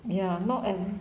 ya not them